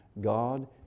God